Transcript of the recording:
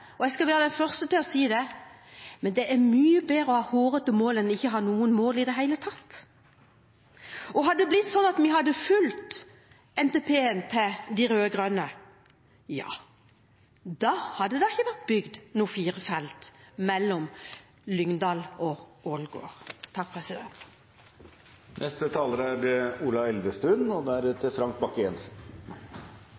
seg. Jeg skal være den første til å si det, men det er mye bedre å ha hårete mål enn ikke å ha noen mål i det hele tatt. Hadde det vært sånn at vi hadde fulgt NTP-en til de rød-grønne, hadde det ikke blitt bygd noen firefelts vei mellom Lyngdal og Ålgård. Det er